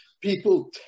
People